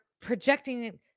projecting